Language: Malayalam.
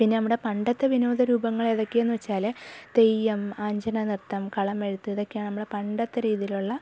പിന്നെ നമ്മുടെ പണ്ടത്തെ വിനോദ രൂപങ്ങൾ ഏതൊക്കെയെന്ന് വെച്ചാൽ തെയ്യം ആഞ്ചന നൃത്തം കളമെഴുത്ത് ഇതൊക്കെയാണ് നമ്മുടെ പണ്ടത്തെ രീതിയിലുള്ള